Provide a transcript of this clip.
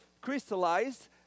crystallized